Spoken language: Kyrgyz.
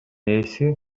ээси